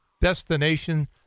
Destination